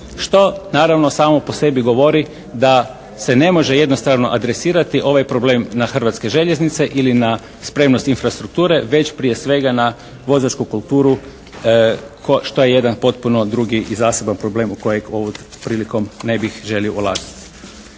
Što naravno samo po sebi govori da se ne može jednostavno adresirati ovaj problem na Hrvatske željeznice ili na spremnost infrastrukture, već prije svega na vozačku kulturu šta je jedan potpuno drugi i zaseban problem u kojeg ovom prilikom ne bih želio ulaziti.